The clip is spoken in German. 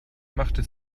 machte